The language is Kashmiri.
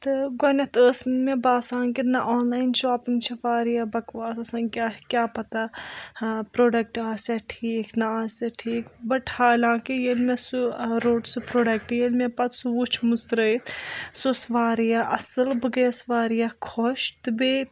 تہٕ گۄڈنٮ۪تھ ٲس مےٚ باسان کہِ نہ آنلاین شاپِنٛگ چھِ واریاہ بَکواس آسان کیٛاہ کیٛاہ پَتہ پرٛوڈَکٹ آسیا ٹھیٖک نہ آسہِ ہا ٹھیٖک بَٹ حالانٛکہِ ییٚلہِ مےٚ سُہ روٚٹ سُہ پرٛوڈَکٹ ییٚلہِ مےٚ پَتہٕ سُہ وُچھ مٕژرٲیِتھ سُہ اوس واریاہ اَصٕل بہٕ گٔیَس واریاہ خۄش تہٕ بیٚیہِ